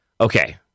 okay